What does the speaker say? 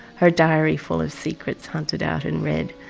her diary full of secrets hunted out and read,